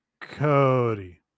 Cody